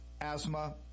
asthma